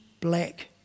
black